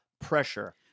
pressure